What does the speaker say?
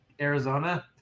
Arizona